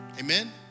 Amen